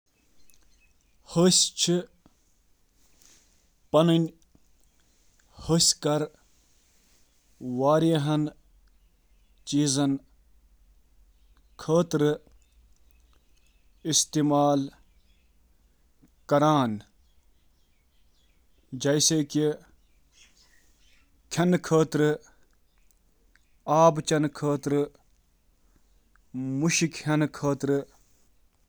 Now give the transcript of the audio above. ہسہِ چھِ پنٕنہِ تنہٕ وارِیاہو وجوہاتو كِنہِ اِستعمال کَران، یِمن منٛز شاہ کھالُن، چیٚنہٕ، کھیٛن رٹُن، مُشُک تہٕ ژۄرِ دِیُن شٲمِل چھُ۔